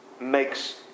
makes